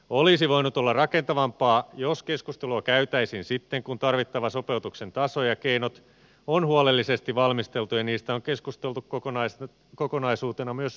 olisi voinut olla rakentavampaa jos keskustelua käytäisiin sitten kun tarvittava sopeutuksen taso ja keinot on huolellisesti valmisteltu ja niistä on keskusteltu kokonaisuutena myös hallituksen piirissä